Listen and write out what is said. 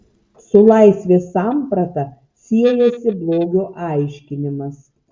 su laisvės samprata siejasi blogio aiškinimas